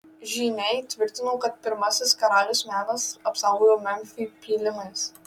žyniai tvirtino kad pirmasis karalius menas apsaugojo memfį pylimais